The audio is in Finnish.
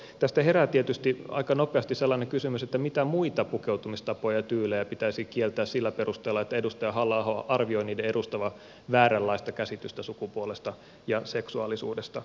tästä herää tietysti aika nopeasti sellainen kysymys mitä muita pukeutumistapoja ja tyylejä pitäisi kieltää sillä perusteella että edustaja halla aho arvioi niiden edustavan vääränlaista käsitystä sukupuolesta ja seksuaalisuudesta